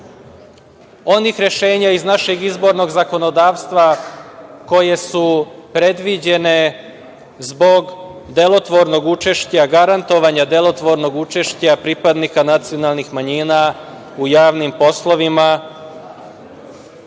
onih rešenja iz našeg izbornog zakonodavstva koje su predviđene zbog delotvornog učešća, garantovanja delotvornog učešća pripadnika nacionalnih manjina u javnim poslovima